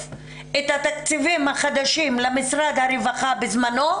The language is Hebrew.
את התקציבים החדשים למשרד הרווחה בזמנו,